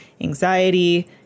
anxiety